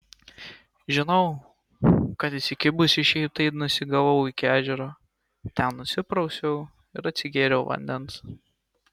žinau kad įsikibusi šiaip taip nusigavau iki ežero ten nusiprausiau ir atsigėriau vandens